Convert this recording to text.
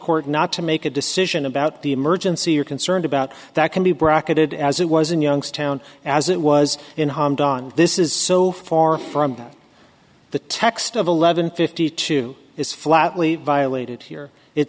court not to make a decision about the emergency are concerned about that can be bracketed as it was in youngstown as it was in this is so far from the text of eleven fifty two is flatly violated here it